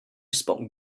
spoke